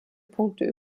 punkte